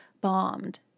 bombed